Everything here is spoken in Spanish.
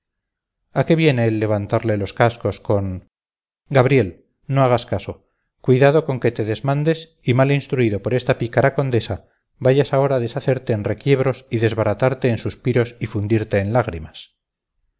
a qué viene el levantarle los cascos con gabriel no hagas caso cuidado con que te desmandes y mal instruido por esta pícara condesa vayas ahora a deshacerte en requiebros y desbaratarte en suspiros y fundirte en lágrimas